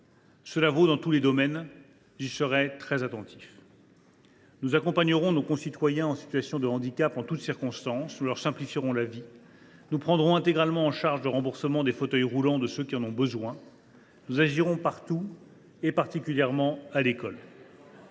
Cela vaut dans tous les domaines, et j’y serai très attentif. « Nous accompagnerons nos concitoyens en situation de handicap en toutes circonstances. Nous leur simplifierons la vie. Nous prendrons intégralement en charge le remboursement des fauteuils roulants de ceux qui en ont besoin. Nous agirons partout, et particulièrement à l’école.